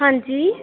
हां जी